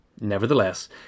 Nevertheless